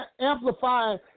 amplifying